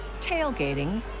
tailgating